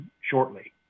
shortly